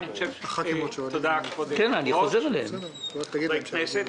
תודה, כבוד היושב-ראש וחברי הכנסת.